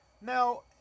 Now